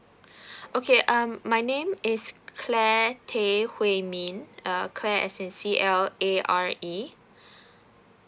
okay um my name is clare tay hui min uh clare as in C L A R E